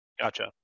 Gotcha